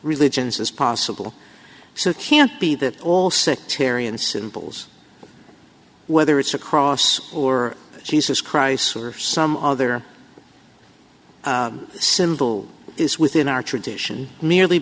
religions as possible so it can't be that all sectarian symbols whether it's a cross or jesus christ or some other symbol is within our tradition merely